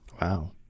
wow